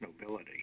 nobility